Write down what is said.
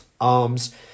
arms